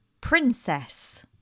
Princess